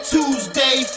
Tuesday